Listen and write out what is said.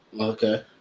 Okay